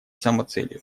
самоцелью